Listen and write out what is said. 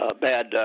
bad